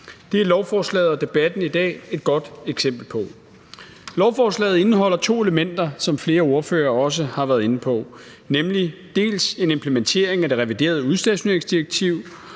Det er lovforslaget og debatten i dag et godt eksempel på. Lovforslaget indeholder to elementer, som flere ordførere også har været inde på, nemlig dels en implementering af det reviderede udstationeringsdirektiv,